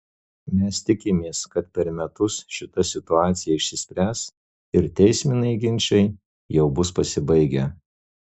mes tikimės kad per metus šita situacija išsispręs ir teisminiai ginčai jau bus pasibaigę